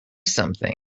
something